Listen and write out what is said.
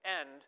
end